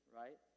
right